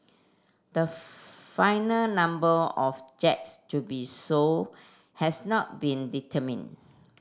the final number of jets to be sold has not been determined